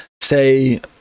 say